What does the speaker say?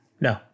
No